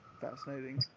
Fascinating